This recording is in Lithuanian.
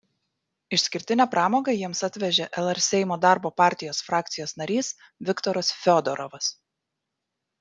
išskirtinę pramogą jiems atvežė lr seimo darbo partijos frakcijos narys viktoras fiodorovas